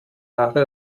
haare